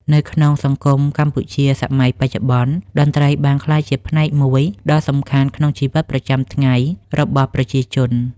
នៅក្នុងសង្គមកម្ពុជាសម័យបច្ចុប្បន្ន តន្ត្រីបានក្លាយជាផ្នែកមួយដ៏សំខាន់ក្នុងជីវិតប្រចាំថ្ងៃរបស់ប្រជាជន